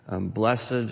blessed